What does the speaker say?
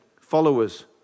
followers